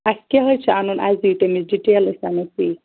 اَسہِ کیٛاہ حظ چھِ اَنُن اَسہِ دِیٖتو تَمِچ ڈِٹیل أسۍ اَنَو تی